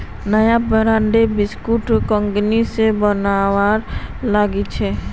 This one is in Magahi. नया ब्रांडेर बिस्कुट कंगनी स बनवा लागिल छ